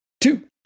Two